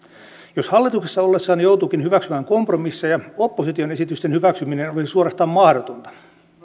jos hallituksessa ollessaan joutuukin hyväksymään kompromisseja opposition esitysten hyväksyminen olisi suorastaan mahdotonta